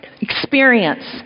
experience